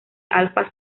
alfa